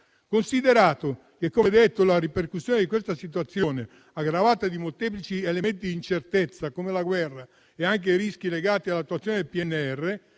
percentuale. Come detto, la ripercussione di questa situazione, aggravata da molteplici elementi di incertezza come la guerra e anche i rischi legati all'attuazione del PNRR,